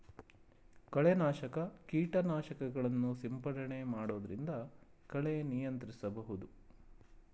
ಕಳೆ ನಾಶಕ ಕೀಟನಾಶಕಗಳನ್ನು ಸಿಂಪಡಣೆ ಮಾಡೊದ್ರಿಂದ ಕಳೆ ನಿಯಂತ್ರಿಸಬಹುದು